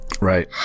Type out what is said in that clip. Right